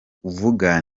uvuga